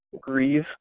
grieve